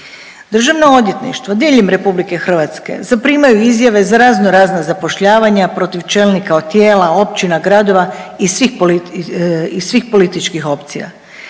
Državno odvjetništvo diljem RH zaprimaju izjave za razno razna zapošljavanja protiv čelnika od tijela općina, gradova iz svih političkih opcija.